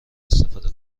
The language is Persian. استفاده